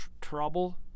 trouble